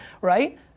right